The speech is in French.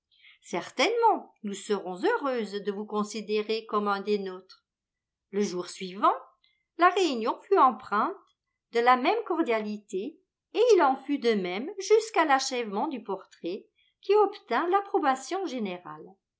certainement nous serons heureuses de vous considérer comme un des nôtres le jour suivant la réunion fut empreinte de la même cordialité et il en fut de même jusqu'à l'achèvement du portrait qui obtint l'approbation générale